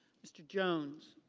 mr. jones.